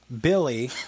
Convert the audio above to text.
Billy